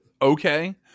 okay